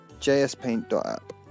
jspaint.app